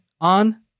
on